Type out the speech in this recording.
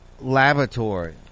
Laboratory